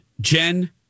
Jen